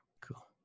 cool